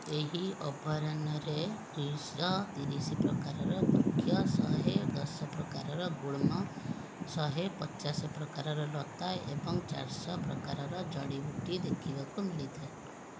ଏହି ଅଭୟାରଣ୍ୟରେ ଦୁଇଶହ ତିରିଶ ପ୍ରକାରର ବୃକ୍ଷ ଶହେ ଦଶ ପ୍ରକାର ଗୁଳ୍ମ ଶହେ ପଚାଶ ପ୍ରକାରର ଲତା ଏବଂ ଚାରିଶହ ପ୍ରକାରର ଜଡ଼ିବୁଟି ଦେଖିବାକୁ ମିଳିଥାଏ